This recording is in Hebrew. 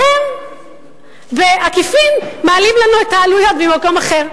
והם בעקיפין מעלים לנו את העלויות ממקום אחר.